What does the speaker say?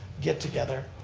get together.